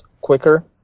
quicker